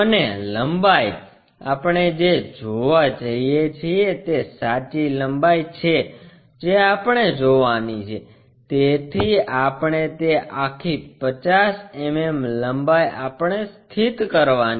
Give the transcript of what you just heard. અને લંબાઈ આપણે જે જોવા જઈએ છીએ તે સાચી લંબાઈ છે જે આપણે જોવાની છે જેથી આપણે તે આખી 50 mm લંબાઇ આપણે સ્થિત કરવાની છે